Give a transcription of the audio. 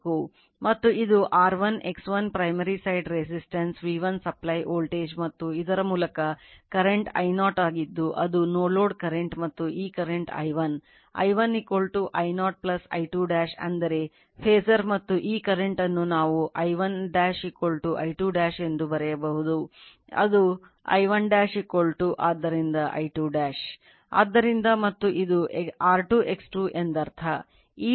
ಮತ್ತು ಇದು R1 X1 primary side resistance ಮತ್ತು ಈ current I1 I1 I0 I2 ಅಂದರೆ ಫಾಸರ್ ಮತ್ತು ಈ ಕರೆಂಟ್ ಅನ್ನು ನಾವು I1 I2 ಎಂದು ಕರೆಯಬಹುದು